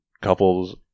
couples